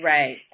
Right